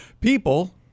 people